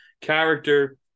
character